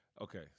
Okay